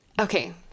Okay